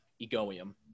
Egoium